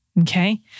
Okay